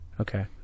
Okay